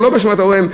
או לא באשמת הוריהם,